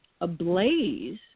ablaze